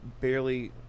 barely